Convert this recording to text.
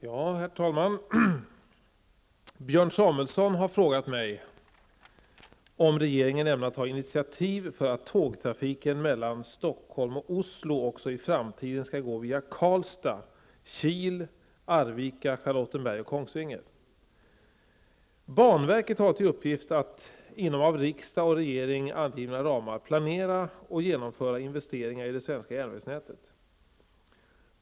Herr talman! Björn Samuelson har frågat mig om regeringen ämnar ta initiativ för att tågtrafiken mellan Stockholm och Oslo också i framtiden skall gå via Karlstad, Kil, Arvika, Charlottenberg och Banverket har till uppgift att inom av riksdag och regering angivna ramar planera och genomföra investeringar i det svenska järnvägsnätet.